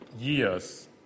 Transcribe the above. years